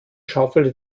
schaufelte